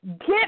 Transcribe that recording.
Get